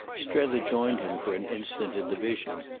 strether joined him for an instant in the vision.